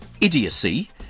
idiocy